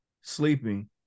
sleeping